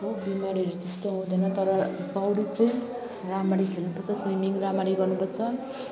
हो बिमारी चाहिँ त्यस्तो हुँदैन तर पौडी चाहिँ राम्ररी खेल्नुपर्छ स्विमिङ राम्ररी गर्नुपर्छ